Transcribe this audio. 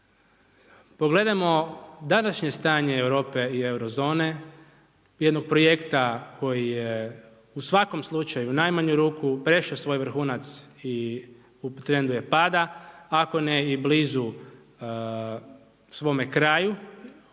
Pogledajmo današnje stanje Europe i euro zone, jednog projekta koji je u svakom slučaju, u najmanju ruku prešao svoj vrhunac i u trendu je pada, ako ne i blizu svome kraju